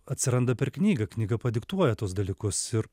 atsiranda per knygą knyga padiktuoja tuos dalykus ir